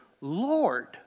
Lord